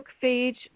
page